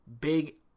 Big